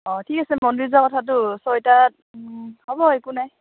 অঁ ঠিক আছে মন্দিৰ যোৱা কথাটো ছয়টাত হ'ব একো নাই